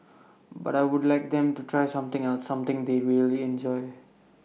but I would like them to try something else something they really enjoy